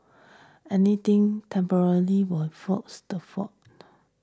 anything temporally will floats the float